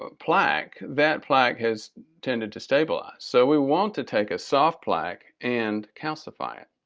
ah plaque that plaque has tended to stabilize. so we want to take a soft plaque and calcify it